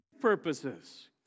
purposes